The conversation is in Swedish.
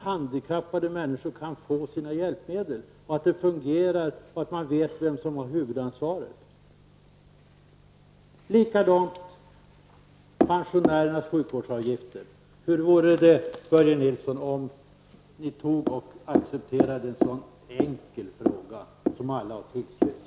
Handikappade människor bör få sina hjälpmedel, det måste fungera och man måste veta vilka som har huvudansvaret. Likadant när det gäller pensionärernas sjukvårdsavgifter. Hur vore det, Börje Nilsson, om ni accepterade förslag i en sådan enkel fråga som alla har tillstyrkt?